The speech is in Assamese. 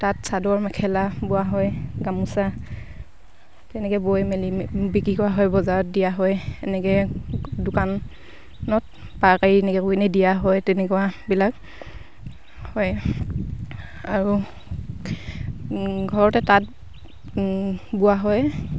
তাঁত চাদৰ মেখেলা বোৱা হয় গামোচা তেনেকৈ বৈ মেলি বিক্ৰী কৰা হয় বজাৰত দিয়া হয় এনেকৈ দোকানত পাইকাৰি এনেকৈ কৰি কিনে দিয়া হয় তেনেকুৱাবিলাক হয় আৰু ঘৰতে তাঁত বোৱা হয়